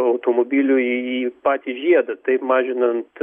automobiliu į į patį žiedą taip mažinant